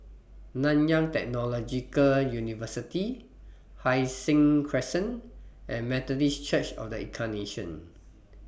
Nanyang Technological University Hai Sing Crescent and Methodist Church of The Incarnation